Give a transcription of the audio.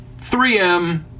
3M